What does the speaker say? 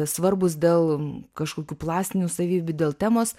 svarbūs dėl kažkokių plastinių savybių dėl temos